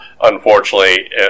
unfortunately